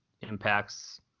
impacts